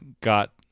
got